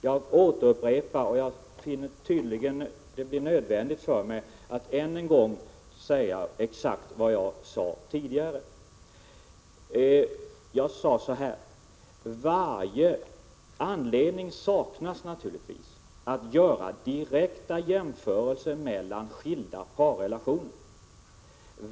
Jag återupprepar och finner det nödvändigt att än en gång säga exakt vad jag sade tidigare: Naturligtvis saknas varje anledning att göra direkta jämförelser mellan skilda parrelationer.